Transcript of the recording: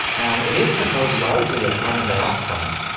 and it is composed largely of carbon dioxide.